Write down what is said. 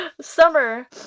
Summer